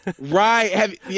Right